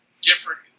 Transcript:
different